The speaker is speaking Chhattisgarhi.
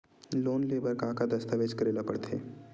लोन ले बर का का दस्तावेज करेला पड़थे?